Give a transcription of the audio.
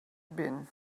been